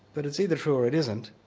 but it's either true or it isn't.